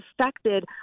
affected